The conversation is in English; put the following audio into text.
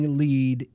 lead